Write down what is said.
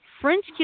French